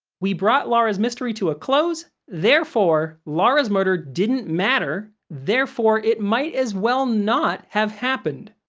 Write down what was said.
we brought laura's mystery to a close, therefore laura's murder didn't matter, therefore it might as well not have happened.